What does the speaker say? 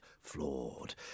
flawed